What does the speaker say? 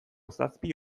zazpi